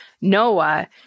Noah